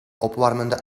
opwarmende